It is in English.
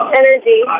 energy